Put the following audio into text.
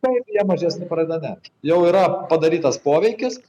taip jie mažesni pradeda neršt jau yra padarytas poveikis